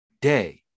Day